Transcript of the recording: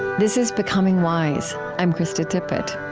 this is becoming wise. i'm krista tippett